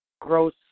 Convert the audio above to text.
growth